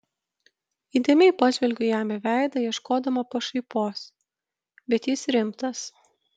įdėmiai pažvelgiu jam į veidą ieškodama pašaipos bet jis rimtas